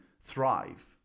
thrive